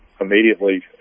immediately